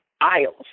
aisles